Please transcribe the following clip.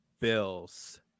Bills